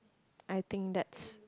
I think that's